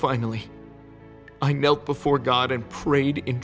finally i knelt before god and prayed in